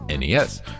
NES